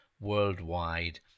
worldwide